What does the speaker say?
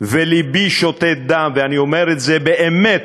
לבי שותת דם, אני אומר את זה באמת.